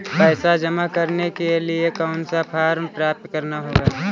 पैसा जमा करने के लिए कौन सा फॉर्म प्राप्त करना होगा?